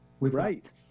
Right